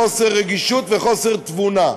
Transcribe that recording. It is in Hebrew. בחוסר רגישות וחוסר תבונה.